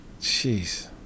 Jeez